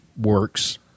works